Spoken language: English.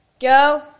go